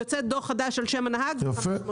יוצא דוח חדש על שם הנהג תוך פחות